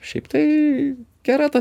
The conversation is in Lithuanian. šiaip tai gera ta